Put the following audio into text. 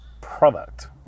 product